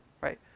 right